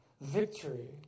victory